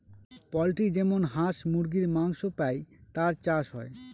poultry যেমন হাঁস মুরগীর মাংস পাই তার চাষ হয়